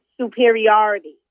superiority